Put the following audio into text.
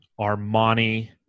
Armani